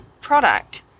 product